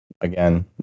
again